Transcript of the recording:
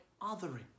othering